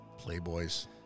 Playboys